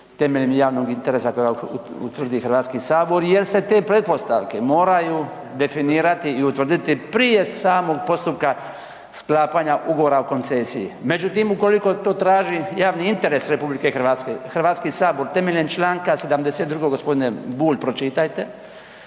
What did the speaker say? temeljem javnog interesa … utvrdi Hs jer se te pretpostavke moraju definirati i utvrditi prije samog postupka sklapanja ugovora o koncesiji. Međutim, ukoliko to traži javni interes RH, HS temeljem čl. 72. gospodine Bulj pročitajte,